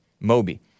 Moby